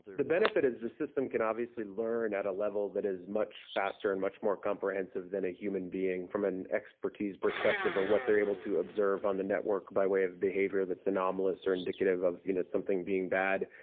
the benefit is the system can obviously learn at a level that is much faster and much more comprehensive than a human being from an expertise perspective or what they are able to observe on the network by way of behaviour that is anomalous or indicative of you know something being bad.